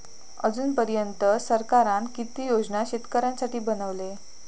अजून पर्यंत सरकारान किती योजना शेतकऱ्यांसाठी बनवले?